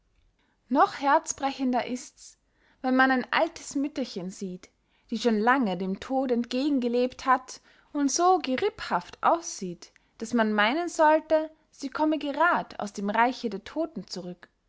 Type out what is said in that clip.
noch herzbrechender ists wenn man ein altes mütterchen sieht die schon lange dem tod entgegengelebt hat und so geripphaft aussieht daß man meynen sollte sie komme gerad aus dem reiche der todten zurück